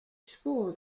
school